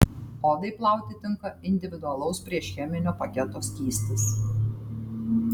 odai plauti tinka individualaus priešcheminio paketo skystis